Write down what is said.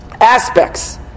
aspects